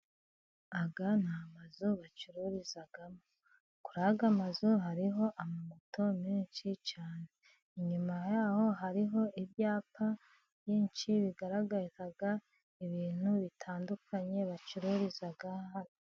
Aya ni mazu bacururizamo, kuri aya mazu hariho amamoto menshi cyane, inyuma y'aho hariho ibyapa byinshi bigaragaza ibintu bitandukanye bacururiza hano.